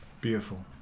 Beautiful